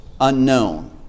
unknown